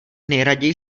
nejraději